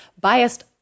biased